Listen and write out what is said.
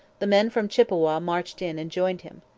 the men from chippawa marched in and joined him.